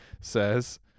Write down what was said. says